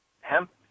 hemp